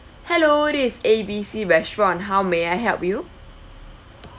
hello this is A B C restaurant how may I help you